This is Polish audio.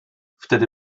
wtedy